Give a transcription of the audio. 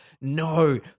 no